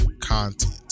content